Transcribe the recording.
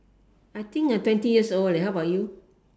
I think uh twenty years old leh how about you